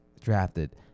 drafted